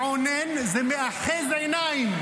מעונן זה מאחז עיניים.